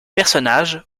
personnages